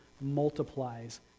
multiplies